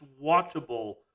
watchable